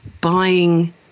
buying